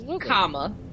comma